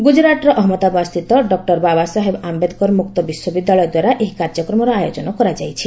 ଗୁଜୁରାଟର ଅହମ୍ମଦାବାଦସ୍ଥିତ ଡକ୍କର ବାବାସାହେବ ଆୟେଦକର ମୁକ୍ତ ବିଶ୍ୱବିଦ୍ୟାଳୟ ଦ୍ୱାରା ଏହି କାର୍ଯ୍ୟକ୍ରମର ଆୟୋଜନ କରାଯାଇଛି